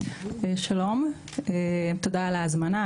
שלום, תודה על ההזמנה.